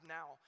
now